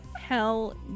hell